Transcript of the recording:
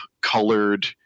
colored